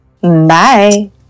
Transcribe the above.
Bye